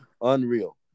Unreal